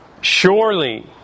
Surely